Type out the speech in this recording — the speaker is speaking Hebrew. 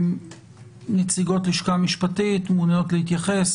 נציגות הלשכה המשפטית מעוניינות להתייחס,